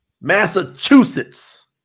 massachusetts